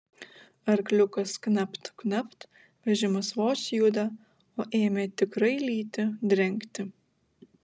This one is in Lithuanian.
arkliukas knapt knapt vežimas vos juda o ėmė tikrai lyti drengti